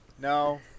No